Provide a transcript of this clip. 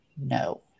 no